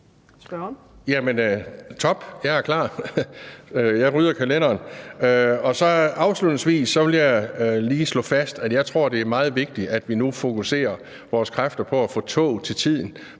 top! Jeg er klar, jeg rydder kalenderen. Afslutningsvis vil jeg så lige slå fast, at jeg tror, det er meget vigtigt, at vi nu fokuserer vores kræfter på at få tog til tiden